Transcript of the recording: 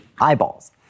eyeballs